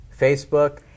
facebook